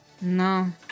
No